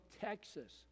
Texas